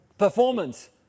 Performance